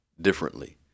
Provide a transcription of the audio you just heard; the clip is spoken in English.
differently